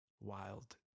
wild